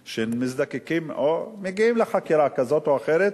שנזקקים או מגיעים לחקירה כזאת או אחרת,